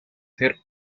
ser